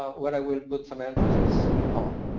what i will put some emphasis on.